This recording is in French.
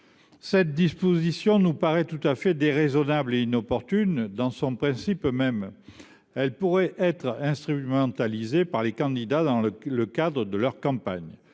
Cette disposition, qui nous paraît tout à fait déraisonnable et inopportune dans son principe même, pourrait être instrumentalisée par des candidats dans le cadre de leur campagne.